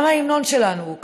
גם ההמנון שלנו הוא כזה,